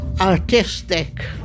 artistic